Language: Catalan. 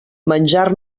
menjar